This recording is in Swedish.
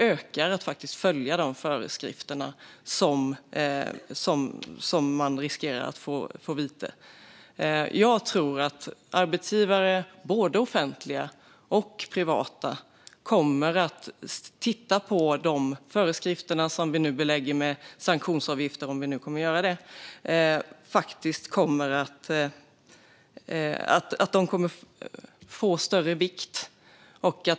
Jag tror att både offentliga och privata arbetsgivare kommer att titta på de föreskrifter som kan beläggas med sanktionsavgifter, och föreskrifterna kommer att få större vikt.